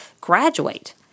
graduate